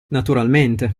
naturalmente